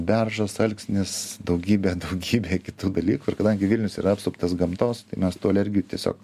beržas alksnis daugybė daugybė kitų dalykų ir kadangi vilnius yra apsuptas gamtos tai mes tų alergijų tiesiog